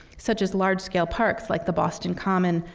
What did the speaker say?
such as large-scale parks, like the boston common,